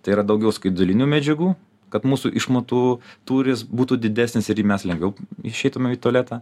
tai yra daugiau skaidulinių medžiagų kad mūsų išmatų tūris būtų didesnis ir mes lengviau išeitumėm į tualetą